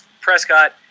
Prescott